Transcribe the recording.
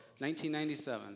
1997